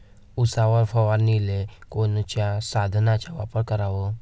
उसावर फवारनीले कोनच्या साधनाचा वापर कराव?